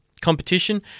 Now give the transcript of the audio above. competition